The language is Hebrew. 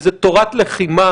איזו תורת לחימה